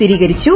സ്ഥിരീകരിച്ചു